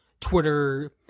Twitter